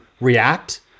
react